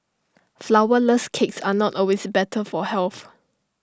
Flourless Cakes are not always better for health